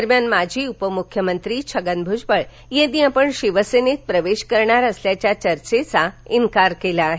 दरम्यान माजी उपमुख्यमंत्री छगन भूजबळ यांनी आपण शिवसेनेत प्रवेश करणार असल्याच्या चर्चांचा इन्कार केला आहे